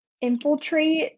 infiltrate